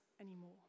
anymore